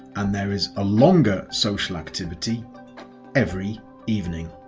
and there is a longer social activity every evening,